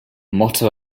motto